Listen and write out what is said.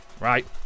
right